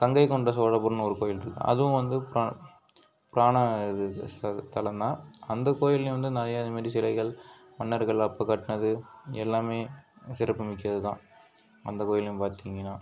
கங்கைகொண்ட சோழபுரம்னு ஒரு கோவில் இருக்கு அதுவும் வந்து புராண தலம்தான் அந்த கோயில்லேயும் வந்து நிறைய இது மாரி சிலைகள் மன்னர்கள் அப்போ கட்டினது எல்லாம் சிறப்புமிக்கதுதான் அந்த கோயில்லேயும் பார்த்திங்கனா